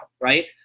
right